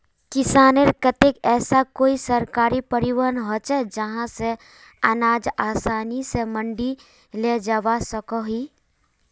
किसानेर केते ऐसा कोई सरकारी परिवहन होचे जहा से अनाज आसानी से मंडी लेजवा सकोहो ही?